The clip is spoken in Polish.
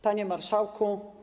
Panie Marszałku!